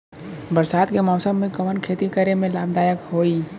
बरसात के मौसम में कवन खेती करे में लाभदायक होयी?